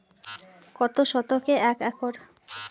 কত শতকে এক একর?